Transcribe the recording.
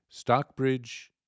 Stockbridge